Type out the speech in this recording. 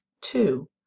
two